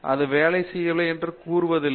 அது வேலை செய்யவில்லை என்று கூறுவதில்லை